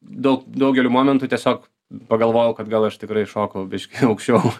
dau daugeliu momentų tiesiog pagalvojau kad gal aš tikrai šokau biški aukščiau